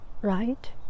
Right